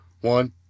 one